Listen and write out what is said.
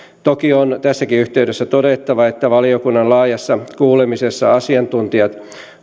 toki on tässäkin yhteydessä todettava että valiokunnan laajassa kuulemisessa asiantuntijat